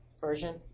version